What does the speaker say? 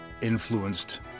influenced